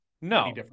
No